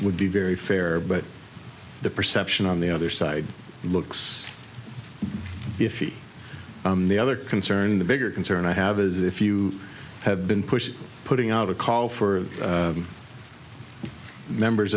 would be very fair but the perception on the other side looks iffy the other concern the bigger concern i have is if you have been pushing putting out a call for members